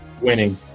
Winning